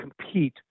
compete